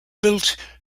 built